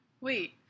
Wait